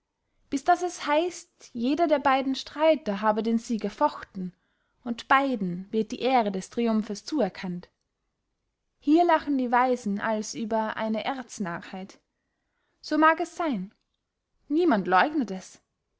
bis daß es heißt jeder der beiden streiter habe den sieg erfochten und beiden wird die ehre des triumphes zuerkannt hier lachen die weisen als über eine erznarrheit so mag es seyn niemand leugnet es